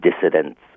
dissidents